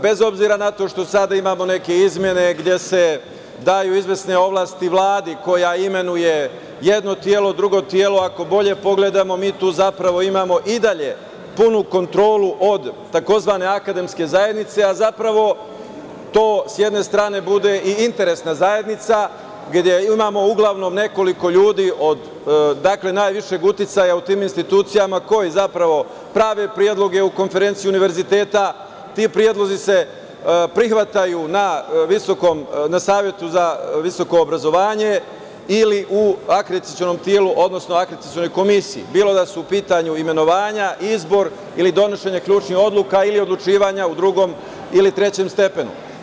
Bez obzira na to što sada imamo neke izmene gde se daju izvesne ovlasti Vladi koja imenuje jedno telo, drugo telo, ako bolje pogledamo, mi tu zapravo imamo i dalje punu kontrolu od tzv. akademske zajednice, a zapravo to s jedne strane bude interesna zajednica, gde imamo uglavnom nekoliko ljudi od najvišeg uticaja u tim institucijama koji zapravo prave predloge u Konferenciji univerziteta i ti predlozi se prihvataju na Savetu za visoko obrazovanje ili u akreditacionom telu, odnosno u Komisiji za akreditaciju, bilo da su u pitanju imenovanja, izbor ili donošenje ključnih odluka ili odlučivanja u drugom ili trećem stepenu.